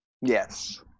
Yes